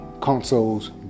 consoles